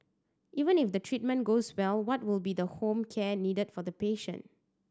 even if the treatment goes well what will be the home care needed for the patient